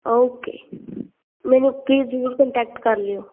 okay ਮੈਨੂੰ please ਜ਼ਰੂਰ contact ਕਰ ਲਿਓ